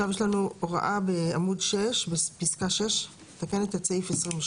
יש הוראה בפסקה (6) שמתקנת את סעיף 22: